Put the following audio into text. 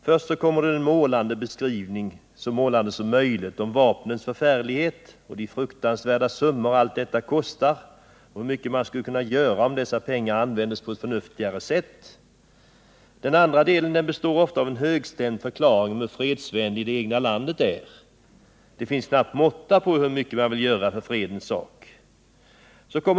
Först kommer en målande beskrivning av vapnens förfärlighet och de fruktansvärda summor allt detta kostar, hur mycket man skulle kunna göra om dessa pengar användes på ett förnuftigare sätt. Den andra delen består ofta av en högstämd förklaring om hur fredsvänligt det egna landet är. Det finns knappast någon måtta på hur mycket man vill göra för fredens sak.